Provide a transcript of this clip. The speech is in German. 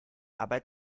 arbeit